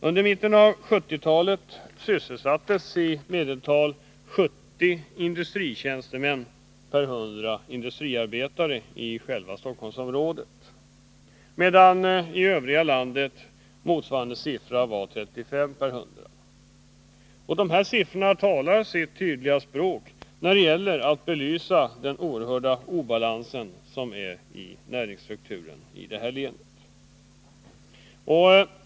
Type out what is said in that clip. Under mitten av 1970-talet sysselsattes i medeltal 70 industritjänstemän per 100 industriarbetare i själva Stockholmsområdet, medan i övriga landet motsvarande siffra var 35 per 100. Dessa siffror talar sitt tydliga språk när det gäller att belysa den oerhörda obalansen i näringsstrukturen i det här länet.